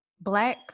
Black